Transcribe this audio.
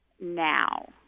now